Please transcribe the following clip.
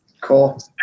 Cool